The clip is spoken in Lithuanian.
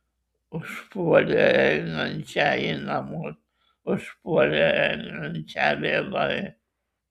užpuolė einančią į namus užpuolė einančią vėlai